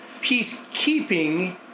Peacekeeping